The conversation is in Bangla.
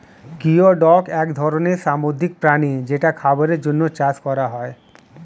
গিওডক এক ধরনের সামুদ্রিক প্রাণী যেটা খাবারের জন্যে চাষ করা হয়